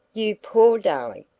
you poor darling!